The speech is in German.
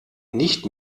nicht